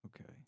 Okay